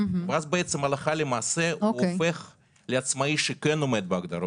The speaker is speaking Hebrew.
ואז הלכה למעשה הוא הופך לעצמאי שכן עומד בהגדרות.